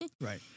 Right